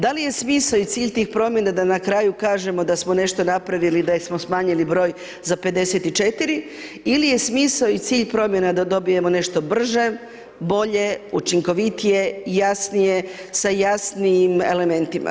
Da li je smisao i cilj tih promjena da na kraju kažemo da smo nešto napravili, da smo smanjili broj za 54 ili je smisao i cilj promjena da dobijemo nešto brže, bolje, učinkovitije i jasnije sa jasnijim elementima.